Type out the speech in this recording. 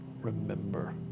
remember